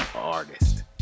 artist